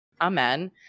amen